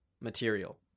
material